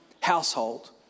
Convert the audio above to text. household